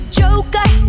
joker